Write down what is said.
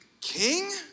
king